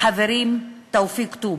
החברים תופיק טובי,